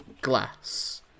glass